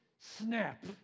snap